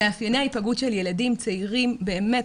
מאפייני ההיפגעות של ילדים צעירים באמת,